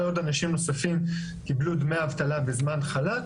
עוד אנשים נוספים קיבלו דמי אבטלה בזמן חל"ת